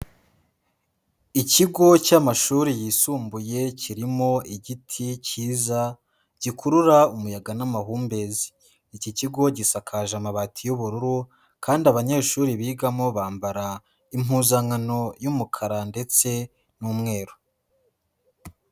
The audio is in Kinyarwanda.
Ikigo cy'amashuri yisumbuye, kirimo igiti cyiza gikurura umuyaga n'amahumbezi. Iki kigo, gisakaje amabati y'ubururu kandi abanyeshuri bigamo bambara impuzankano y'umukara ndetse n'umweru.